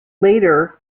later